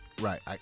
Right